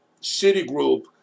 Citigroup